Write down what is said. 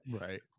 Right